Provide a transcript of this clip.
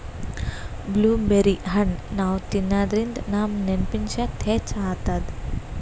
blueberry ಹಣ್ಣ್ ನಾವ್ ತಿನ್ನಾದ್ರಿನ್ದ ನಮ್ ನೆನ್ಪಿನ್ ಶಕ್ತಿ ಹೆಚ್ಚ್ ಆತದ್